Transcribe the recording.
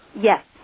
Yes